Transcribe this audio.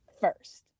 first